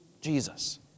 Jesus